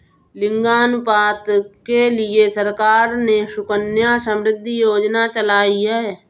लिंगानुपात के लिए सरकार ने सुकन्या समृद्धि योजना चलाई है